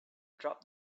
drop